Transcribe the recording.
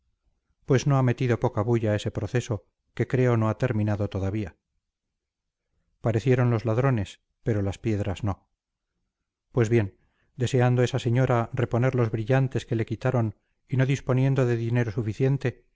pues no ha metido poca bulla ese proceso que creo no ha terminado todavía parecieron los ladrones pero las piedras no pues bien deseando esa señora reponer los brillantes que le quitaron y no disponiendo de dinero suficiente